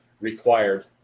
required